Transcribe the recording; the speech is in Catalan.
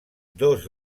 dos